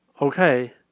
Okay